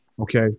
okay